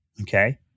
Okay